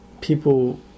people